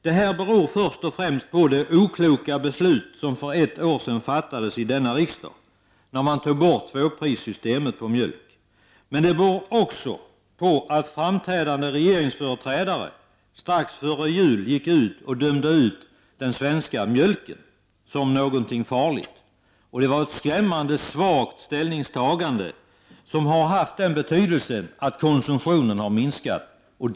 Det här beror först och främst på det okloka beslut som fattades i denna riksdag för ett år sedan när man tog bort tvåprissystemet på mjölk. Det beror emellertid också på att framträdande regeringsföreträdare strax före jul dömde ut den svenska mjölken som någonting farligt. Det var ett skrämmande svagt ställningstagande, som har medfört att konsumtionen har minskat.